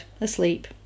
asleep